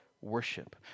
worship